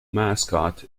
mascot